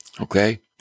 Okay